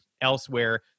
elsewhere